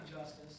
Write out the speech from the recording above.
justice